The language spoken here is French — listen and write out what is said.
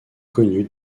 connue